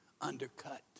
undercut